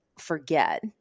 Forget